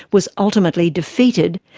was ultimately defeated,